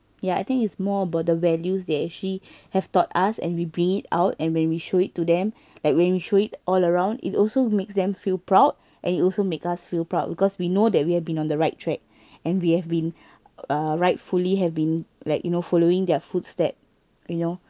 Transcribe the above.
ya I think it's more about the values they actually have taught us and we bring it out and when we show it to them like when we show it all around it also makes them feel proud and it also make us feel proud because we know that we have been on the right track and we have been uh rightfully have been like you know following their footstep you know